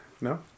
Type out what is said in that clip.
no